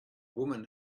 woman